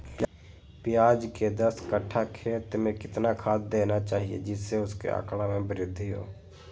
प्याज के दस कठ्ठा खेत में कितना खाद देना चाहिए जिससे उसके आंकड़ा में वृद्धि हो?